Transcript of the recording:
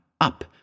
up